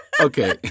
Okay